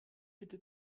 bitte